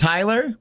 Tyler